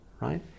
right